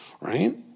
right